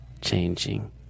changing